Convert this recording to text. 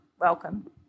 Welcome